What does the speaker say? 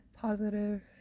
positive